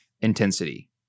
intensity